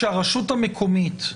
שהרשות המקומית,